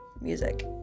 music